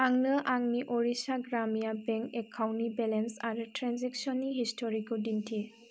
आंनो आंनि अरिस्सा ग्रामिया बैंक एकाउन्टनि बेलेन्स आरो ट्रेनजेक्सननि हिस्ट'रिखौ दिन्थि